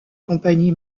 compagnie